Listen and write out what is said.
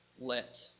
let